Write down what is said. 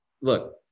look